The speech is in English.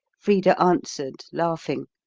frida answered laughing.